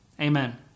Amen